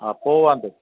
हा पोइ वांदो